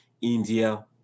India